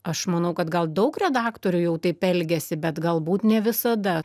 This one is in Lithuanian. aš manau kad gal daug redaktorių jau taip elgiasi bet galbūt ne visada